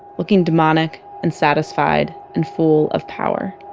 looking demonic and satisfied and full of power